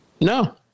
No